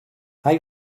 are